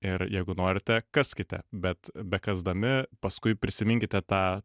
ir jeigu norite kaskite bet bekasdami paskui prisiminkite tą